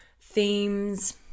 themes